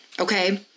okay